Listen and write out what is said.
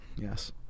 Yes